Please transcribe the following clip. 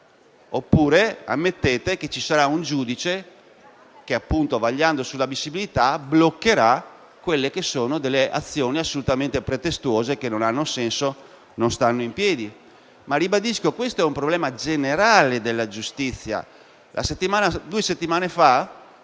oppure ammettete che ci sarà un giudice che, vagliando sull'ammissibilità, bloccherà delle azioni assolutamente pretestuose che non hanno senso e non stanno in piedi. Ribadisco che questo è un problema generale della giustizia. Due settimane fa,